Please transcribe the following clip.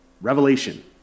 revelation